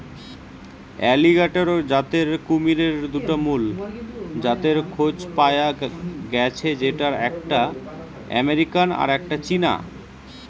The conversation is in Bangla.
অ্যালিগেটর জাতের কুমিরের দুটা মুল জাতের খোঁজ পায়া গ্যাছে যেটার একটা আমেরিকান আর একটা চীনা